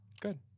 Good